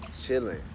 chilling